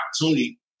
opportunity